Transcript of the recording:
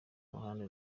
ruhande